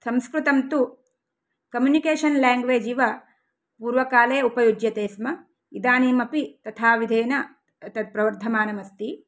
संस्कृतं तु communication language इव पूर्वकाले उपयुज्यते स्म इदानीमपि तथाविधेन तत् प्रवर्धमानम् अस्ति